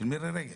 של מירי רגב.